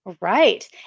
Right